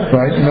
right